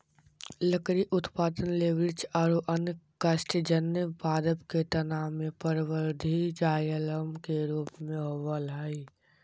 लकड़ी उत्पादन ले वृक्ष आरो अन्य काष्टजन्य पादप के तना मे परवर्धी जायलम के रुप मे होवअ हई